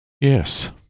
Yes